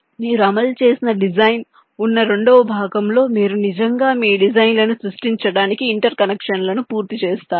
మీరు అమలు చేయాల్సిన డిజైన్ ఉన్న రెండవ భాగంలో మీరు నిజంగా మీ డిజైన్లను సృష్టించడానికి ఇంటర్ కనెక్షన్లను పూర్తి చేస్తారు